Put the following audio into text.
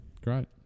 Great